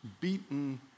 beaten